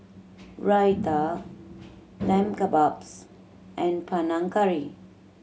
Raita Lamb Kebabs and Panang Curry